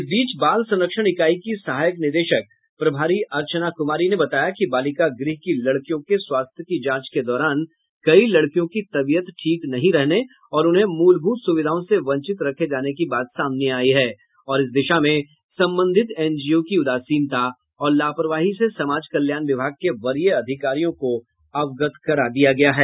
इस बीच बाल संरक्षण इकाई की सहायक निदेशक प्रभारी अर्चना कुमारी ने बताया कि बालिका गृह की लड़कियों के स्वास्थ्य की जांच के दौरान कई लड़कियों की तबियत ठीक नहीं रहने और उन्हें मूलभूत सुविधाओं से वंचित रखे जाने की बात सामने आई है और इस दिशा में संबंधित एनजीओ की उदासीनता और लापरवाही से समाज कल्याण विभाग के वरीय अधिकारियों को अवगत करा दिया गया है